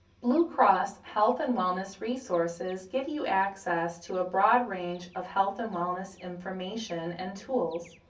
blue cross health and wellness resources give you access to a broad range of health and wellness information and tools.